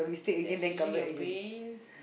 that's using your brain